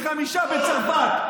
ופי חמישה מצרפת.